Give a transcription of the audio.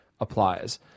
applies